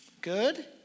Good